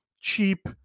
cheap